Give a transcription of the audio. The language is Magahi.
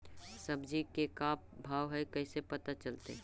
सब्जी के का भाव है कैसे पता चलतै?